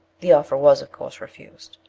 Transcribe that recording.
the offer was, of course, refused.